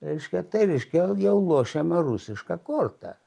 reiškia tai reiškia jau lošiama rusiška korta